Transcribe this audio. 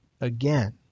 again